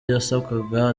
yasabwaga